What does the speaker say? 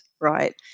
right